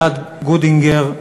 אלעד גודינגר,